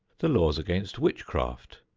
the laws against witchcraft,